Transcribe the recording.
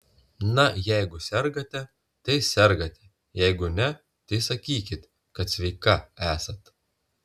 na jeigu sergate tai sergate jeigu ne tai sakykit kad sveika esat